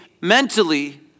mentally